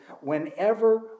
whenever